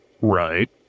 Right